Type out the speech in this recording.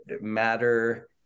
matter